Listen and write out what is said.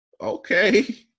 Okay